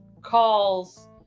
calls